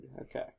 Okay